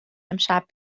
امشب